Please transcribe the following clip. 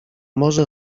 może